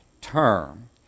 term